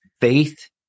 faith